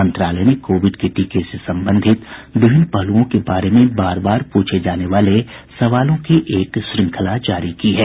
मंत्रालय ने कोविड के टीके से संबंधित विभिन्न पहलुओं के बारे में बार बार पूछे जाने वाले सवालों की एक श्रृंखला जारी की है